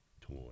toy